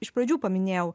iš pradžių paminėjau